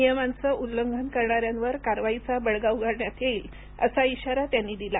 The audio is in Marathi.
नियमांचं उल्लंघन करणाऱ्यांवर कारवाईचा बडगा उगारण्यात येईल असा इशारा त्यांनी दिला